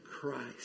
Christ